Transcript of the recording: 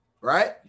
right